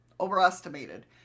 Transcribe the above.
overestimated